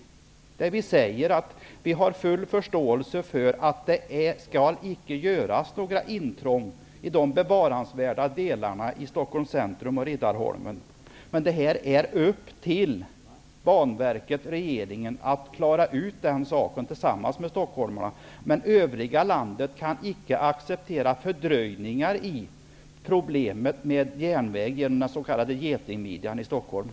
Vi säger att vi har full förståelse för att det icke skall göras några intrång i de bevaransvärda delarna i Stockholms centrum och på Riddarholmen. Men det är upp till Banverket och regeringen att klara ut den saken tillsammans med stockholmarna. Övriga landet kan icke acceptera de fördröjningar som uppstår till följd av problemet med järnväg genom den s.k.